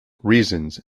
reasons